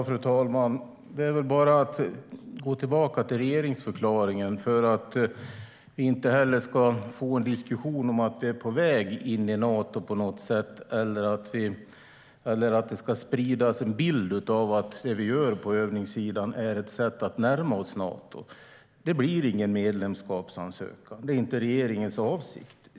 Fru talman! Vi behöver bara gå tillbaka till regeringsförklaringen för att inte få någon diskussion om att vi är på väg in i Nato på något sätt eller för att det inte ska spridas en bild av att det som vi gör på övningssidan är ett sätt att närma oss Nato. Det blir ingen medlemskapsansökan. Det är inte regeringens avsikt.